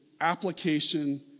application